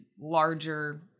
larger